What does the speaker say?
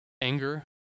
anger